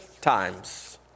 Times